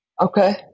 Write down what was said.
Okay